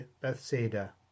Bethsaida